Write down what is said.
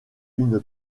une